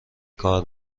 کار